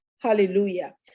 hallelujah